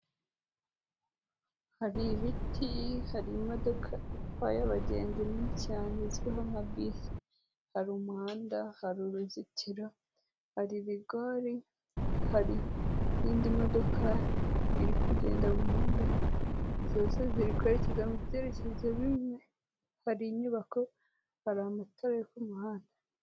Hari ibiti hari imodoka itwaye abagenzi nini cyane izwiho nka bisi, hari umuhanda, hari uruzitiro, hari rigori, hari n'indi modoka iri kugenda mu muhanda, zose ziri kwerekeza mu byerekezo bimwe, hari inyubako, hari amatara yo ku muhanda.